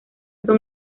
son